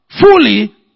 fully